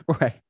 Right